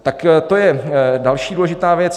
Tak to je další důležitá věc.